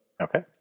okay